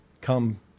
come